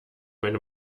meine